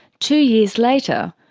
two years later,